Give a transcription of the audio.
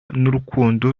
n’urukundo